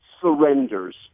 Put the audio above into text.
surrenders